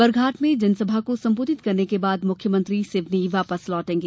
बरघाट में जनसभा को सम्बोधित करने के बाद मुख्यमंत्री सिवनी वापस लौटेंगे